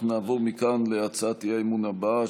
אנחנו נעבור מכאן להצעת האי-אמון הבאה,